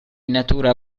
natura